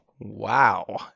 wow